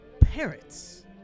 Parrots